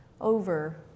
over